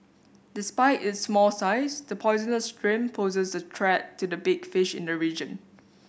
despite its small size the poisonous shrimp poses a threat to the big fish in the region